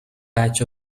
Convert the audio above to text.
patch